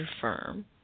firm